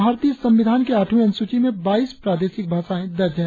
भारतीय संविधान के आठवीं अनुसूची में बाईस प्रादेशिक भाषाएं दर्ज है